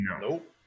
Nope